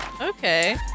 Okay